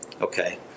Okay